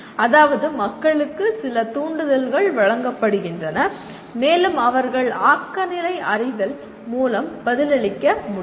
அதாவது மக்களுக்கு சில தூண்டுதல்கள் வழங்கப்படுகின்றன மேலும் அவர்கள் ஆக்க நிலை அறிதல் மூலம் பதிலளிக்க முடியும்